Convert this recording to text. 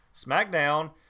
SmackDown